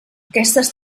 aquestes